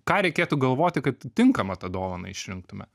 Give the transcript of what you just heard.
ką reikėtų galvoti kad tinkamą tą dovaną išrinktume